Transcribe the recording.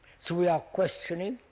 so we are questioning